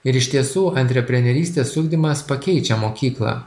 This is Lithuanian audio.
ir iš tiesų antreprenerystės ugdymas pakeičia mokyklą